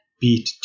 beat